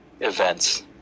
events